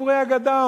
סיפורי אגדה,